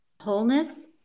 wholeness